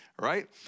right